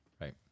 right